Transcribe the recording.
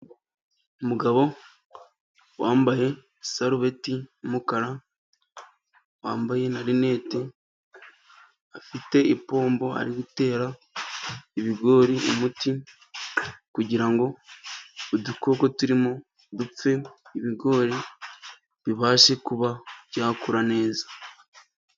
Umugabo wambaye isarubeti y'umukara wambaye na na rinete, afite ipombo ari gutera ibigori umuti kugirango udukoko turimo dupfe, ibigori bibashe kuba byakura. neza